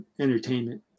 entertainment